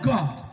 God